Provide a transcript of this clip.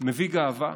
מביא גאווה,